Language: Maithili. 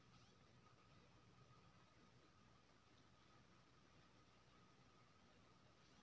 रिस्क मैनेजमेंट मे खेती मे होइ बला नोकसानक भरपाइ लेल फसल बीमा केर उपयोग कएल जाइ छै